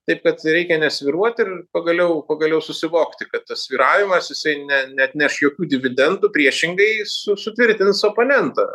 taip kad reikia nesvyruot ir pagaliau pagaliau susivokti kad tas svyravimas jisai ne neatneš jokių dividendų priešingai su sutvirtins oponentą